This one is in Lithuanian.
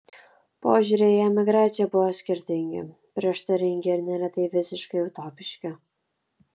požiūriai į emigraciją buvo skirtingi prieštaringi ir neretai visiškai utopiški